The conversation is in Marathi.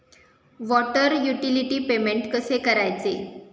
वॉटर युटिलिटी पेमेंट कसे करायचे?